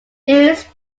lewis